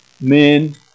men